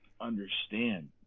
understand